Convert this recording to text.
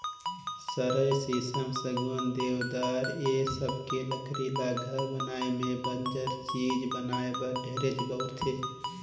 सरई, सीसम, सजुवन, देवदार ए सबके लकरी ल घर बनाये में बंजर चीज बनाये बर ढेरे बउरथे